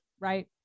Right